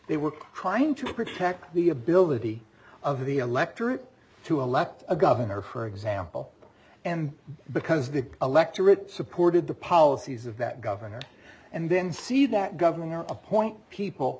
they were trying to protect the ability of the electorate to elect a governor for example and because the electorate supported the policies of that governor and then see that governing out appoint people